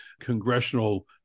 congressional